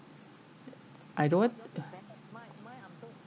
I don't